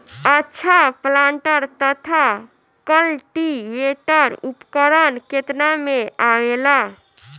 अच्छा प्लांटर तथा क्लटीवेटर उपकरण केतना में आवेला?